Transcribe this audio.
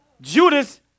Judas